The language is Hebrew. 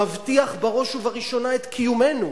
מבטיח בראש ובראשונה את קיומנו.